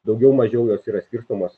daugiau mažiau jos yra skirstomos